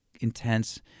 intense